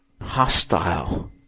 hostile